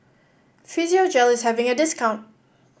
Physiogel is having a discount